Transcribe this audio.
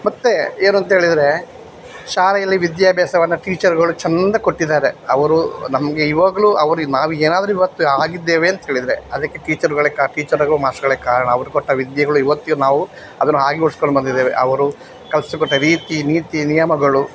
ಮತ್ತು ಏನು ಅಂತ ಹೇಳಿದ್ರೆ ಶಾಲೆಯಲ್ಲಿ ವಿದ್ಯಾಭ್ಯಾಸವನ್ನು ಟೀಚರ್ಗಳು ಚೆಂದ ಕೊಟ್ಟಿದ್ದಾರೆ ಅವರು ನಮಗೆ ಇವಾಗಲೂ ಅವರು ನಾವು ಏನಾದರೂ ಇವತ್ತು ಆಗಿದ್ದೇವೆ ಅಂತ ಹೇಳಿದರೆ ಅದಕ್ಕೆ ಟೀಚರ್ಗಳೇ ಕಾ ಟೀಚರ್ಗಳು ಮಾಸ್ಟರುಗಳು ಕಾರಣ ಅವರು ಕೊಟ್ಟ ವಿದ್ಯೆಗಳು ಇವತ್ತಿಗೂ ನಾವು ಅದನ್ನು ಹಾಗೆ ಉಳಿಸಿಕೊಂಡು ಬಂದಿದ್ದೇವೆ ಅವರು ಕಲಿಸಿಕೊಟ್ಟ ರೀತಿ ನೀತಿ ನಿಯಮಗಳು